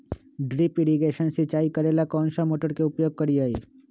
Drip irrigation सिंचाई करेला कौन सा मोटर के उपयोग करियई?